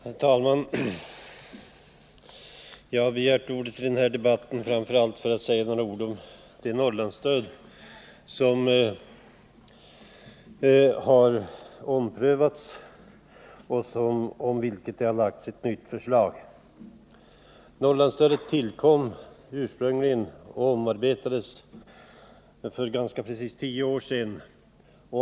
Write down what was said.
Herr talman! Jag har begärt ordet i den här debatten framför allt för att säga några ord om det Norrlandsstöd som har omprövats och beträffande vilket det lagts fram ett nytt förslag. Norrlandsstödet tillkom för ganska precis tio år sedan.